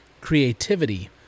creativity